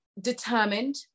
Determined